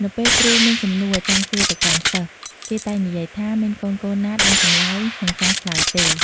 នៅពេលគ្រូមានសំណួរចង់សួរទៅកាន់សិស្ស គេតែងនិយាយថា មានកូនៗណា ដឹងចម្លើយ និងចង់ឆ្លើយទេ។